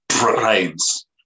brains